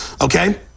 Okay